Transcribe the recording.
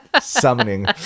Summoning